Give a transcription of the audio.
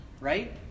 right